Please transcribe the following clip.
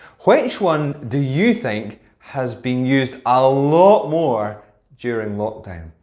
which one do you think has been used a lot more during lockdown.